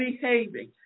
behaving